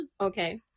Okay